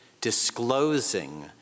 disclosing